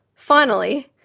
finally,